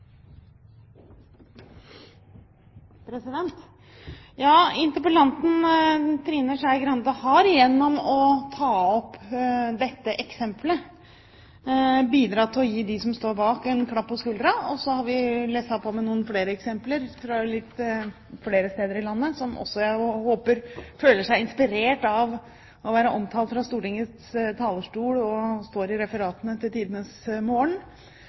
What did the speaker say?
Interpellanten Trine Skei Grande har gjennom å ta opp dette eksemplet bidratt til å gi dem som står bak, en klapp på skulderen. Så har vi lesset på med noen flere eksempler fra litt flere steder i landet – som jeg også håper føler seg inspirert av å være omtalt fra Stortingets talerstol, og som vil stå i referatene til